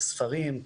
הספרים,